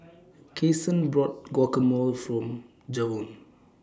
Kasen bought Guacamole For Javon